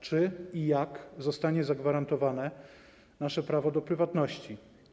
Czy i jak zostanie zagwarantowane nasze prawo do prywatności?